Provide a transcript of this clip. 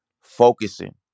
focusing